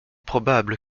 probable